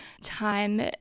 time